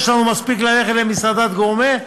יש לנו מספיק ללכת למסעדת גורמה,